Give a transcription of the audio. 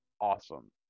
awesome